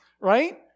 right